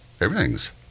Everything's